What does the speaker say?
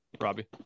Robbie